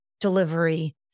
delivery